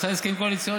עשה הסכמים קואליציוניים.